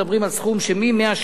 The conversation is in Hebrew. עם כל מה שנלווה לעניין הזה.